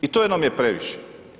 I to nam je previše.